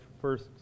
first